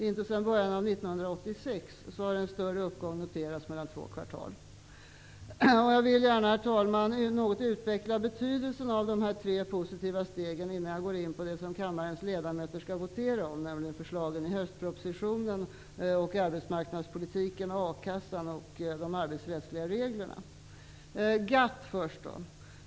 Inte sedan början av 1986 har en större uppgång noterats mellan två kvartal. Herr talman! Jag vill gärna något utveckla betydelsen av dessa tre positiva steg innan jag går in på det som kammarens ledamöter skall votera om, nämligen förslagen i höstpropositionen, arbetsmarknadspolitiken, a-kassan och de arbetsrättsliga reglerna. Låt mig säga något om GATT först.